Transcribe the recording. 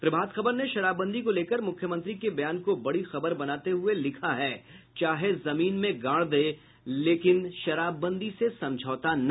प्रभात खबर ने शराबबंदी को लेकर मुख्यमंत्री के बयान को बड़ी खबर बनाते हुये लिखा है चाहे जमीन में गाड़ दें लेकिन शराबबंदी से समझौता नहीं